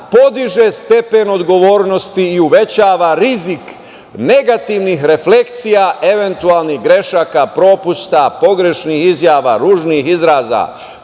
podiže stepen odgovornosti i uvećava rizik negativnih reflekcija, eventualnih grešaka, propusta, pogrešnih izjava, ružnih izraza,